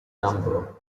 number